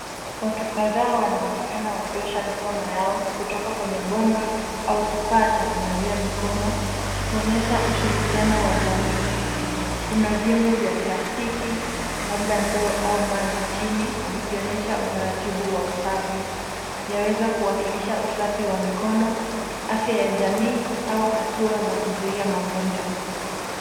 Watu kadhaa wanaonekana wakiosha mikono yao, kutoka kwenye bomba au kifaa cha kunawia mikono ,kuonyesha ushirikiano wa jamii. Kuna vyombo vya plastiki, labda ndoo au maji chini ,vikionyesha utaratibu wa usafi. Yaweza kuwakilisha usafi wa mikono, afya ya jamii au hatua za kuzuia magonjwa.